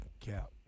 cap